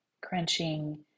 Crunching